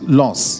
loss